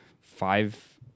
five